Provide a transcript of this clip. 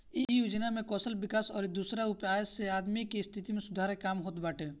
इ योजना में कौशल विकास अउरी दोसरा उपाय से आदमी के स्थिति में सुधार के काम होत बाटे